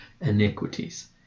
iniquities